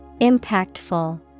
Impactful